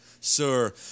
Sir